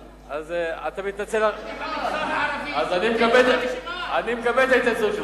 אז אתה מתנצל, אני מקבל את ההתנצלות שלך.